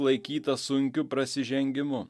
laikytas sunkiu prasižengimu